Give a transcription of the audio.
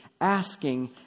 asking